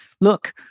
Look